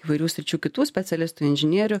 įvairių sričių kitų specialistų inžinierių